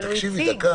אבל הוא הציג.